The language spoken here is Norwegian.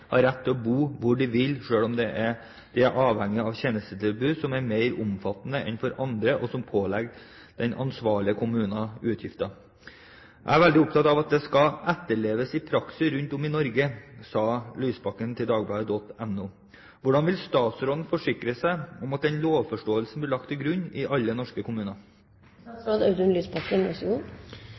har rett til å bo hvor de vil selv om de er avhengige av tjenestetilbud som er mer omfattende enn for andre og som pålegger den ansvarlige kommune utgifter. «Jeg er veldig opptatt av at dette skal etterleves i praksis rundt om i Norge», sier Lysbakken til Dagbladet.no. Hvordan vil statsråden forsikre seg om at denne lovforståelsen blir lagt til grunn i alle norske kommuner?»